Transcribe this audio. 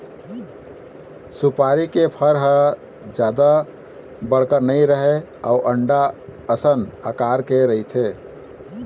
सुपारी के फर ह जादा बड़का नइ रहय अउ अंडा असन अकार के रहिथे